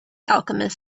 alchemist